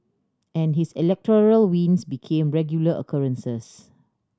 and his electoral wins became regular occurrences